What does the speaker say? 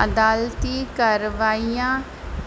عدالتی کاروائیاں